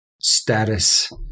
status